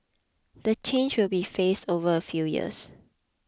the change will be phased over a few years